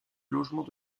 logement